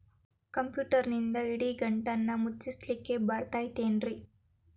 ಕಂಪ್ಯೂಟರ್ನಿಂದ್ ಇಡಿಗಂಟನ್ನ ಮುಚ್ಚಸ್ಲಿಕ್ಕೆ ಬರತೈತೇನ್ರೇ?